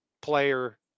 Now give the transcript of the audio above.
player